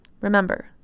Remember